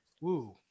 Woo